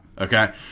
Okay